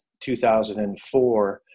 2004